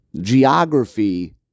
Geography